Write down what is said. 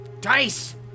DICE